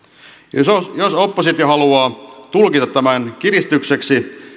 jos jos oppositio haluaa tulkita tämän kiristykseksi